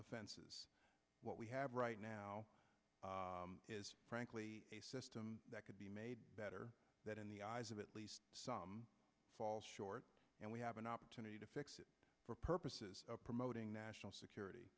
offenses what we have right now is frankly a system that could be made better that in the eyes of at least some falls short and we have an opportunity to fix it for purposes of promoting national security